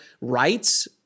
rights